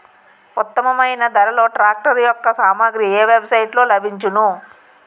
ఉత్తమమైన ధరలో ట్రాక్టర్ యెక్క సామాగ్రి ఏ వెబ్ సైట్ లో లభించును?